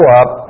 up